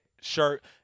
shirt